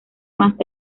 más